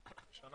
11:01.